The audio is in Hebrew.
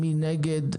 מי נגד?